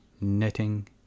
knitting